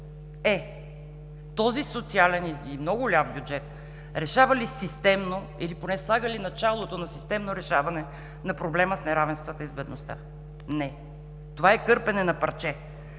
Е, този социален и много ляв бюджет решава ли системно, или поне слага ли началото на системно решаване на проблема с неравенствата и с бедността? Не, това е кърпене на парче.